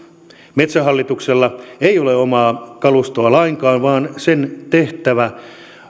metsähallituksella ei ole omaa kalustoa lainkaan vaan sen tehtävä